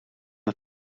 het